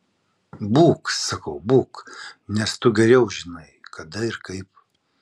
būk sakau būk nes tu geriau žinai kada ir kaip